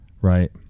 Right